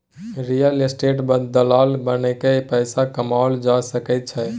real estate दलाल बनिकए पैसा कमाओल जा सकैत छै